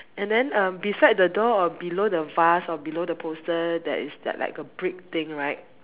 and then um beside the door or below the vase or below the poster there is that like a brick thing right